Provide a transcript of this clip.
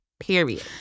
Period